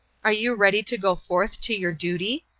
are you ready to go forth to your duty?